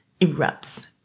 erupts